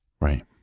Right